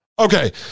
Okay